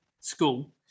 school